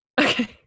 okay